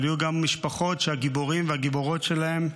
אבל יהיו גם משפחות שהגיבורים והגיבורות שלהן,